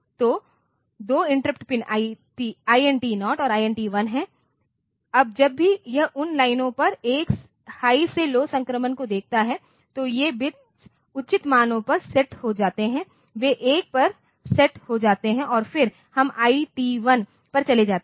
तो दो interrupt pin INT 0 और INT 1 हैं और जब भी यह उन लाइनों पर एक हाई से लौ संक्रमण को देखता है तो ये बिट्स उचित मानों पर सेट हो जाते हैं वे 1 पर सेट हो जाते हैं और फिर हम IT1 पर चले जाते हैं